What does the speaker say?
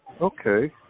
Okay